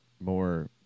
more